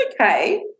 okay